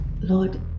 Lord